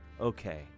Okay